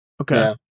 Okay